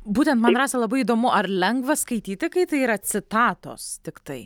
būtent rasa labai įdomu ar lengva skaityti kai tai yra citatos tiktai